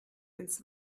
ins